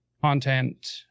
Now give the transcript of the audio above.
content